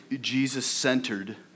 Jesus-centered